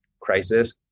crisis